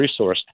resourced